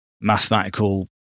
mathematical